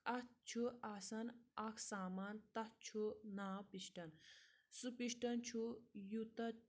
اَتھ چھُ آسان اَکھ سامان تَتھ چھُ ناو پِشٹَن سُہ پَشٹَن چھُ یوٗتاہ